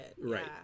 Right